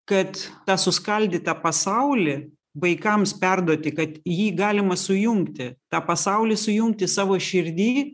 kad tą suskaldytą pasaulį vaikams perduoti kad jį galima sujungti tą pasaulį sujungti savo širdy